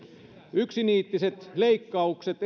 yksiniittiset leikkaukset